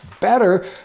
better